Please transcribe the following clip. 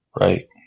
Right